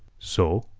so?